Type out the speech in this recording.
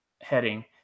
heading